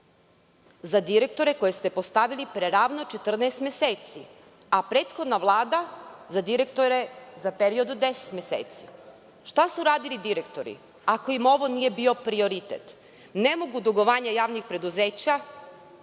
za direktore koje ste postavili pre ravno 14 meseci, a prethodna Vlada direktore za period od 10 meseci. Šta su radili direktori ako im ovo nije bio prioritet? Ne mogu dugovanja javnih preduzeća